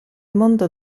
mondo